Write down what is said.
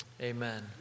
Amen